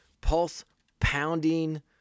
pulse-pounding